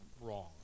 wrong